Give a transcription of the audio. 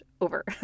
over